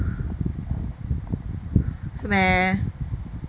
meh